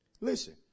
Listen